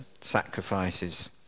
sacrifices